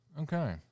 Okay